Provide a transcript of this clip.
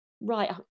right